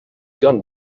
gun